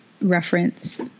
reference